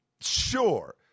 Sure